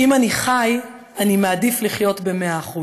אם אני חי, אני מעדיף לחיות ב-100%,